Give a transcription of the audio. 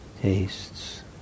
tastes